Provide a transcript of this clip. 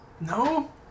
No